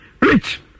Rich